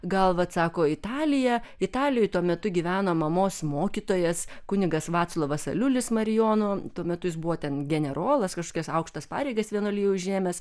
gal vat sako italija italijoj tuo metu gyveno mamos mokytojas kunigas vaclovas aliulis marijonų tuo metu jis buvo ten generolas kažkokias aukštas pareigas vienuolyne užėmęs